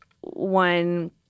One